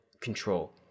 control